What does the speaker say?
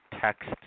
text